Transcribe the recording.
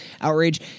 outrage